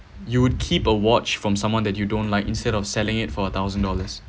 you would keep a watch from someone that you don't like instead of selling it for a thousand dollars